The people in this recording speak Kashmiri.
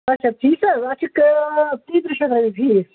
اچھا فیٖس حظ اَتھ چھِ ترٛیٚیہِ تٕرٛہ شَتھ رۄپیہِ فیٖس